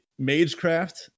Magecraft